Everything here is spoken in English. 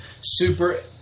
super